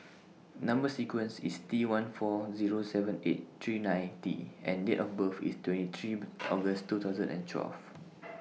Number sequence IS T one four Zero seven eight three nine T and Date of birth IS twenty three August two thousand and twelve